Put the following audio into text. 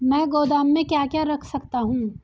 मैं गोदाम में क्या क्या रख सकता हूँ?